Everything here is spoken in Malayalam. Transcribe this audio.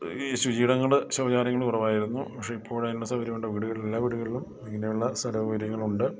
ഈ ശുചിയിടങ്ങൾ ശൗചാലയങ്ങൾ കുറവായിരുന്നു പക്ഷെ ഇപ്പോഴതിനുള്ള സൗകര്യമുണ്ട് വീടുകളിൽ എല്ലാ വീടുകളിലും ഇങ്ങനെയുള്ള സ്ഥലസൗകര്യങ്ങളുണ്ട്